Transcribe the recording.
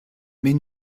mais